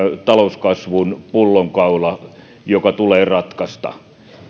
talouskasvun pullonkaula joka tulee ratkaista